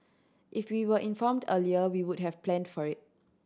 if we were informed earlier we would have planned for it